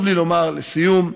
לסיום,